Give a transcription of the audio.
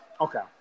Okay